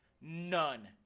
none